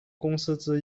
公司